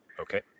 Okay